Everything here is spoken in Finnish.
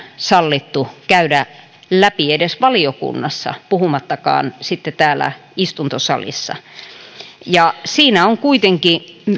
sallittu käydä läpi edes valiokunnassa puhumattakaan sitten täällä istuntosalissa siinä on kuitenkin